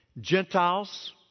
Gentiles